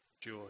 joy